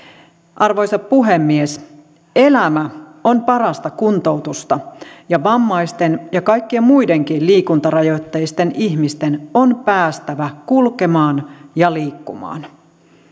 arvoisa puhemies elämä on parasta kuntoutusta ja vammaisten ja kaikkien muidenkin liikuntarajoitteisten ihmisten on päästävä kulkemaan ja liikkumaan